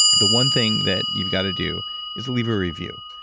the one thing that you've got to do is leave a review.